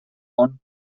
món